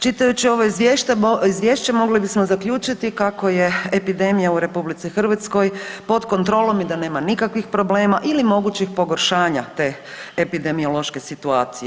Čitajući ovo izvješće mogli bismo zaključiti kako je epidemija u RH pod kontrolom i da nema nikakvih problema ili mogućih pogoršanja te epidemiološke situacije.